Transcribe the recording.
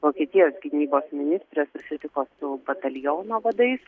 vokietijos gynybos ministrė susitiko su bataliono vadais